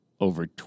over